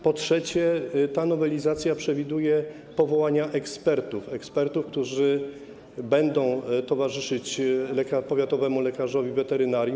Po trzecie, ta nowelizacja przewiduje powołanie ekspertów, którzy będą towarzyszyć powiatowemu lekarzowi weterynarii.